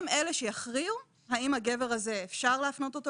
הם אלה שיכריעו האם אפשר להפנות את הגבר